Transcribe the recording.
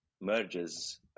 merges